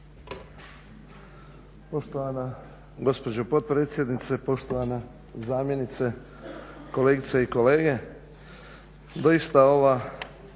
Poštovana gospođo potpredsjednice, poštovana zamjenice, kolegice i kolege. Doista ova